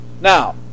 Now